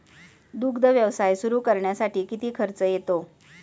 दुग्ध व्यवसाय सुरू करण्यासाठी किती खर्च येतो?